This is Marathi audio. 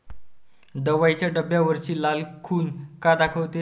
दवाईच्या डब्यावरची लाल खून का दाखवते?